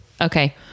okay